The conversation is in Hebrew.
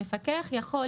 המפקח יכול,